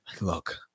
look